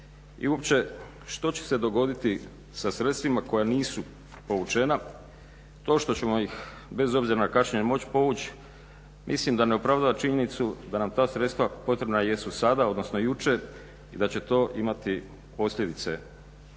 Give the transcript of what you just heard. i uopće što će se dogoditi sa sredstvima koja nisu povučena. To što ćemo ih bez obzira na kašnjenje moći povući mislim da ne opravdava činjenicu da nam ta sredstva potrebna jesu sada, odnosno jučer i da će to imati posljedice upravo